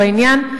בעניין,